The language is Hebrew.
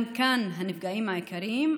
גם כאן הנפגעים העיקריים,